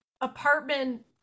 apartment